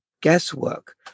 guesswork